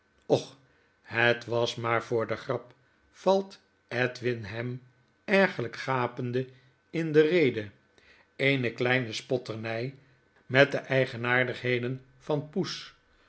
och het was maar voor de grap valt edwin hem ergerlyk gapende in de rede eene kleine spotterny met de eigenaardigheden van toes